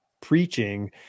preaching